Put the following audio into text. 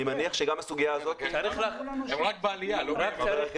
הם רק בעליה, לא בירידה.